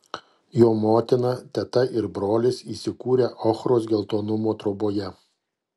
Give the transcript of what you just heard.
jo motina teta ir brolis įsikūrę ochros geltonumo troboje